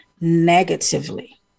negatively